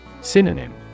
Synonym